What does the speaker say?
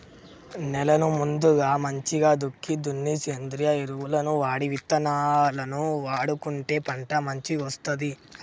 నేలను ముందుగా మంచిగ దుక్కి దున్ని సేంద్రియ ఎరువులను వాడి విత్తనాలను నాటుకుంటే పంట మంచిగొస్తది